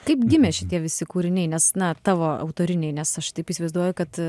kaip gimė šitie visi kūriniai nes na tavo autoriniai nes aš taip įsivaizduoju kad